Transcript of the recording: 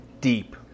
deep